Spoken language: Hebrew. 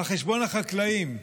על חשבון החקלאים.